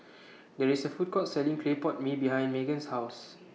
There IS A Food Court Selling Clay Pot Mee behind Magen's House